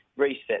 reset